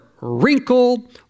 wrinkle